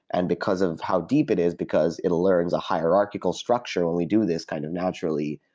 and because of how deep it is, because it learns a hierarchical structure when we do this kind of naturally,